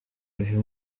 uyu